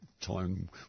Time